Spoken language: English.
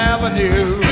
Avenue